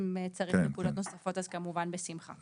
אם צריך נקודות נוספות אז כמובן בשמחה.